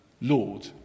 Lord